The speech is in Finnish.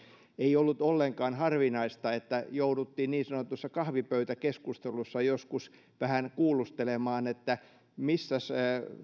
ei ollut ollenkaan harvinaista että jouduttiin niin sanotussa kahvipöytäkeskustelussa joskus vähän kuulostelemaan että missäs